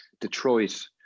Detroit